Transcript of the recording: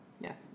Yes